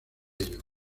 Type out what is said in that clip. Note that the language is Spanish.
ello